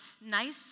nice